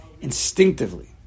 Instinctively